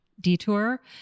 detour